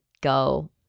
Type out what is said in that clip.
go